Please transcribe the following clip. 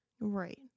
Right